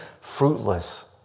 fruitless